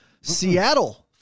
Seattle